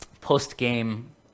post-game